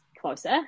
closer